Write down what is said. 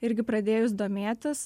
irgi pradėjus domėtis